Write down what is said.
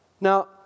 Now